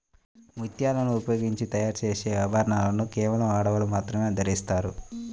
ముత్యాలను ఉపయోగించి తయారు చేసే ఆభరణాలను కేవలం ఆడవాళ్ళు మాత్రమే ధరిస్తారు